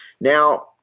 Now